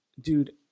dude